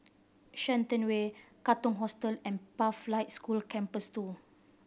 Shenton Way Katong Hostel and Pathlight School Campus Two